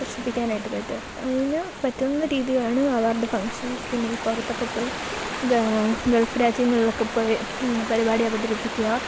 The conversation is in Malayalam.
പ്രദർശിപ്പിക്കാനായിട്ട് പറ്റും അതിനു പറ്റുന്ന രീതിയിലാണ് അവാർഡ് ഫങ്ഷൻ പിന്നെ ഈ പുറത്തൊക്കെ പോയി ഗൾഫ് രാജ്യങ്ങളിലൊക്കെ പോയി പരിപാടി അവതരിപ്പിക്കുക